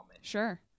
sure